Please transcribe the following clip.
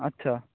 আচ্ছা